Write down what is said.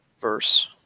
verse